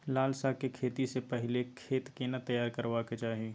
लाल साग के खेती स पहिले खेत केना तैयार करबा के चाही?